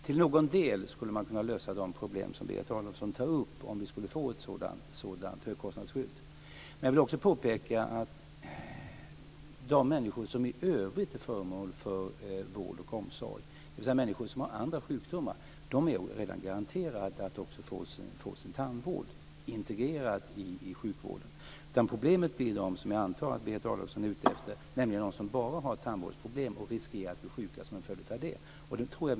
Till någon del skulle man kunna lösa några av de problem vi har talat om med hjälp av ett sådant högkostnadsskydd. Men jag vill också påpeka att de människor som i övrigt är föremål för vård och omsorg, dvs. människor med andra sjukdomar, är redan garanterade att också få sin tandvård integrerad i sjukvården. Ett problem blir det för dem som jag antar att Berit Adolfsson är ute efter, nämligen de som bara har tandvårdsproblem och blir sjuka som en följd av de problemen.